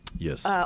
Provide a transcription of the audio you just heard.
Yes